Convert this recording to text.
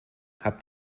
habt